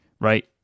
right